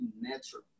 natural